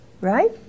right